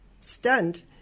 stunned